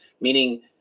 Meaning